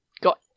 got